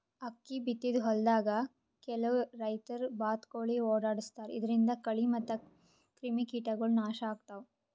ಅಕ್ಕಿ ಬಿತ್ತಿದ್ ಹೊಲ್ದಾಗ್ ಕೆಲವ್ ರೈತರ್ ಬಾತ್ಕೋಳಿ ಓಡಾಡಸ್ತಾರ್ ಇದರಿಂದ ಕಳಿ ಮತ್ತ್ ಕ್ರಿಮಿಕೀಟಗೊಳ್ ನಾಶ್ ಆಗ್ತಾವ್